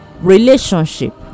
Relationship